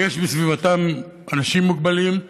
או יש בסביבתם אנשים מוגבלים,